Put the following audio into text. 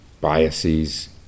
biases